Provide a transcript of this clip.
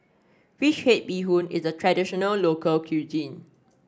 fish head Bee Hoon is a traditional local cuisine